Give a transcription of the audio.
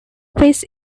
this